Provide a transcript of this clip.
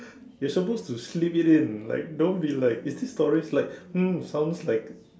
you're supposed to slip it in like don't be like is this story like mm sounds like